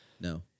No